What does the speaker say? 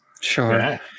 Sure